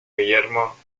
guillermo